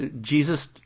Jesus